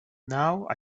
now